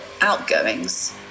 outgoings